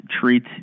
treat